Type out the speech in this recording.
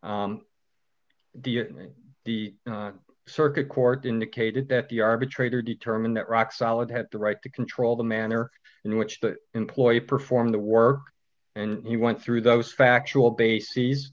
evidence the circuit court indicated that the arbitrator determined that rock solid had the right to control the manner in which the employee perform the work and you went through those factual bases